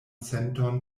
senton